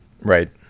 Right